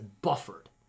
buffered